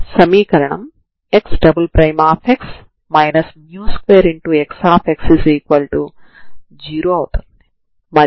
మీరు D'Alembert పరిష్కారం ux0 t0 ని చూసినట్లయితే అది వాస్తవానికి ux0t012fx0ct0fx0 ct012cx0 ct0x0ct0gdx అవుతుంది